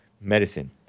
medicine